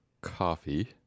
coffee